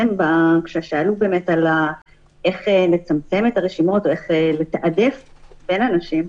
כששאלו באמת איך לצמצם את הרשימות או איך לתעדף בין אנשים,